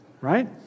right